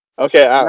Okay